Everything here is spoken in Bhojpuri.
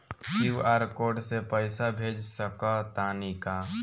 क्यू.आर कोड से पईसा भेज सक तानी का?